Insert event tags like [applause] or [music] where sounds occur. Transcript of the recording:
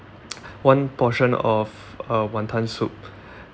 [noise] [breath] one portion of uh wonton soup [breath]